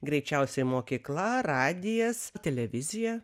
greičiausiai mokykla radijas televizija